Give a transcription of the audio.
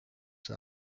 see